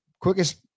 quickest